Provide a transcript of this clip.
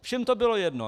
Všem to bylo jedno.